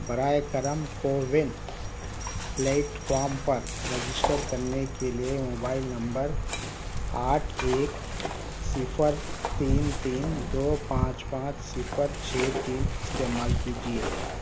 براہِ کرم کووِن پلیٹفارم پر رجسٹر کرنے کے لیے موبائل نمبر آٹھ ایک صفر تین تین دو پانچ پانچ صفر چھ تین استعمال کیجیے